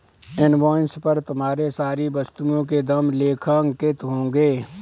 invoice पर तुम्हारे सारी वस्तुओं के दाम लेखांकित होंगे